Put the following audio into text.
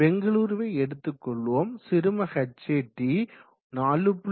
பெங்களூருவை எடுத்து கொள்வோம் சிறும Hat 4